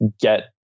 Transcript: get